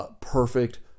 perfect